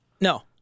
No